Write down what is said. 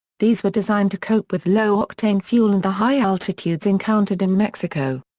these were designed to cope with low octane fuel and the high altitudes encountered in mexico.